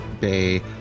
Bay